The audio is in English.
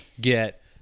get